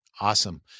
Awesome